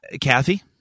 Kathy